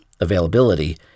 availability